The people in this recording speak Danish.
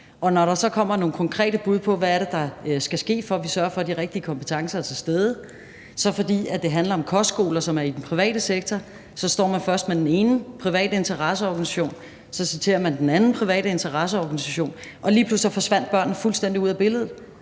at når der så kommer nogle konkrete bud på, hvad det er, der skal ske, for at vi sørger for, at de rigtige kompetencer er til stede, er det sådan, at fordi det handler om kostskoler, som er i den private sektor, står man først med én privat interesseorganisation, og så citerer man en anden privat interesseorganisation, og lige pludselig forsvinder børnene fuldstændig ud af billedet.